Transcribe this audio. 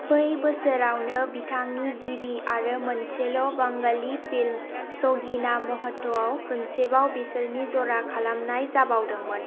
बै बोसोरावनो बिथांनि गिबि आरो मोनसेल' बांगाली फिल्म सगीना महतोआव खुनसेबाव बिसोरनि जरा खालामनाय जाबावदोंमोन